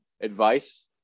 advice